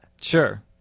Sure